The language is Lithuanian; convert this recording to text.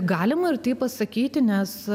galima ir taip pasakyti nes